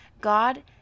God